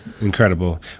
Incredible